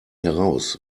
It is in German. heraus